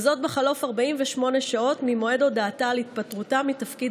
וזאת בחלוף 48 שעות ממועד הודעתה על התפטרותה מתפקיד